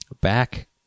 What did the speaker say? back